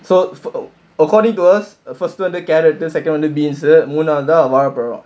so fo~ according to us first வந்து:vanthu carrot second வந்து:vanthu beans மூணாவது தான் வாழைப்பழம்:moonaavathu thaan vazhaipazham